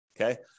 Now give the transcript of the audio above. Okay